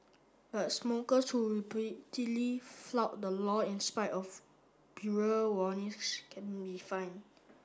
but smokers who repeatedly flout the law in spite of warnings can be fined